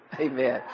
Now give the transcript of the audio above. Amen